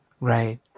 right